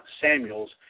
Samuels